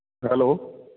hello